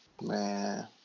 man